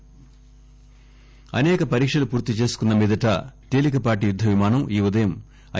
test అసేక పరీక్షలు పూర్తిచేసుకున్న మీదట తేలికపాటి యుద్గవిమానం ఈ ఉదయం ఐ